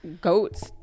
goats